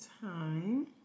time